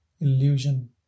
illusion